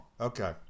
okay